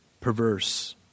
perverse